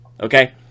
Okay